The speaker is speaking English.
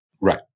Right